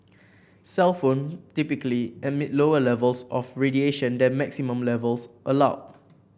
cellphone typically emit lower levels of radiation than maximum levels allowed